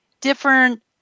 different